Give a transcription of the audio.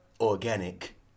organic